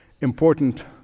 important